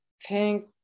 pink